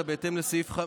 בהתאם לסעיף,